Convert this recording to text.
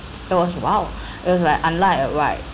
it was !wow! it was like unlike like